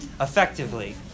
effectively